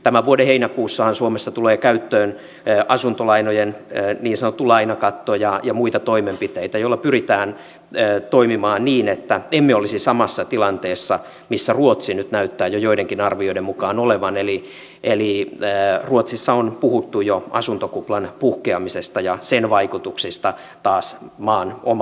tämän vuoden heinäkuussahan suomessa tulee käyttöön asuntolainojen niin sanottu lainakatto ja muita toimenpiteitä joilla pyritään toimimaan niin että emme olisi samassa tilanteessa kuin missä ruotsi jo nyt näyttää joidenkin arvioiden mukaan olevan ruotsissa on puhuttu jo asuntokuplan puhkeamisesta ja sen vaikutuksista taas maan omaan talouteen